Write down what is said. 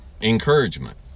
encouragement